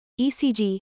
ECG